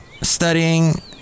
Studying